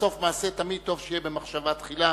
וסוף מעשה תמיד טוב שיהיה במחשבה תחילה.